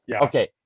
okay